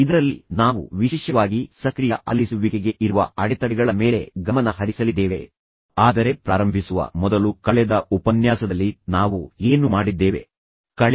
ಇದರಲ್ಲಿ ನಾವು ವಿಶೇಷವಾಗಿ ಸಕ್ರಿಯ ಆಲಿಸುವಿಕೆಗೆ ಇರುವ ಅಡೆತಡೆಗಳ ಮೇಲೆ ಗಮನ ಹರಿಸಲಿದ್ದೇವೆ ಆದರೆ ಪ್ರಾರಂಭಿಸುವ ಮೊದಲು ಕಳೆದ ಉಪನ್ಯಾಸದಲ್ಲಿ ನಾವು ಏನು ಮಾಡಿದ್ದೇವೆ ಎಂಬುದರ ಕುರಿತು ಕೆಲವು ಮುಖ್ಯಾಂಶಗಳನ್ನು ನಿಮಗೆ ನೀಡಲು ನಾನು ಬಯಸುತ್ತೇನೆ